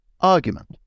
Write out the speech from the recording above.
argument